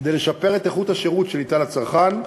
כדי לשפר את איכות השירות שניתן לצרכן,